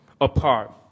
apart